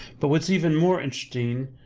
but what's even more interesting